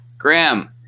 Graham